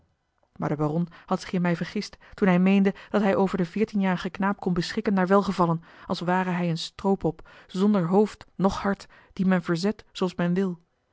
de baron had zich in mij vergist toen hij meende dat hij over den veertienjarigen knaap kon beschikken naar welgevallen als ware hij eene stroopop zonder hoofd noch hart die men verzet zooals men wil